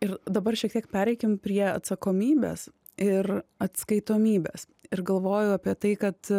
ir dabar šiek tiek pereikim prie atsakomybės ir atskaitomybės ir galvoju apie tai kad